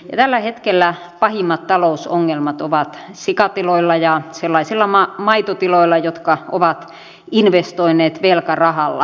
tällä hetkellä pahimmat talousongelmat ovat sikatiloilla ja sellaisilla maitotiloilla jotka ovat investoineet velkarahalla